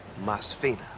Masfina